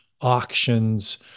auctions